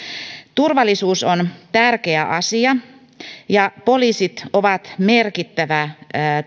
turvallisuus on tärkeä asia ja poliisit ovat merkittävä